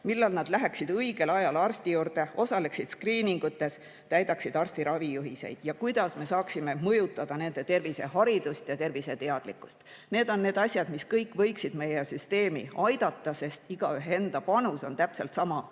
Millal nad läheksid õigel ajal arsti juurde, osaleksid skriiningutes, täidaksid arsti ravijuhiseid? Ja kuidas me saaksime mõjutada nende terviseharidust ja terviseteadlikkust? Need on need asjad, mis kõik võiksid meie süsteemi aidata. Igaühe enda panus on täpselt sama